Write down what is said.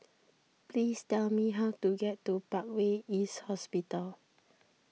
please tell me how to get to Parkway East Hospital